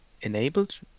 enabled